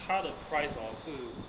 它的 price hor 是